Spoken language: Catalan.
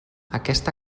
aquesta